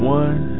one